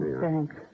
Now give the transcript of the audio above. Thanks